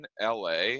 LA